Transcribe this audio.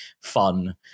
fun